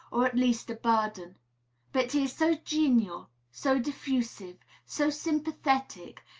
or at least a burden but he is so genial, so diffusive, so sympathetic,